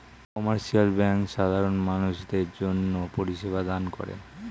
commercial bank সাধারণ মানুষদের জন্যে পরিষেবা দান করে